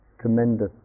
tremendous